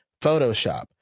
Photoshop